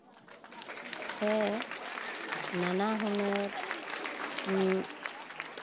ᱥᱮ ᱱᱟᱱᱟ ᱦᱩᱱᱟᱹᱨ